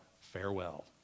Farewell